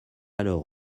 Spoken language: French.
alors